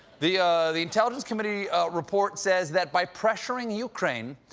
the the intelligence committee report says that by pressuring ukraine,